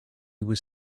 was